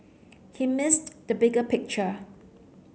he missed the bigger picture